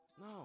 No